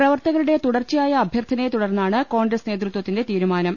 പ്രവർത്തകരുടെ തുടർച്ചയായ അഭ്യർഥനയെ തുടർന്നാണ് കോൺഗ്രസ് നേതൃത്വത്തിന്റെ തീരുമാനം